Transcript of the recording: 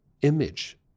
image